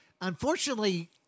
Unfortunately